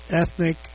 ethnic